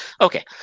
okay